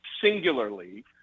singularly